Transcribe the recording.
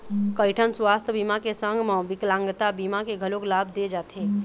कइठन सुवास्थ बीमा के संग म बिकलांगता बीमा के घलोक लाभ दे जाथे